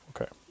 okay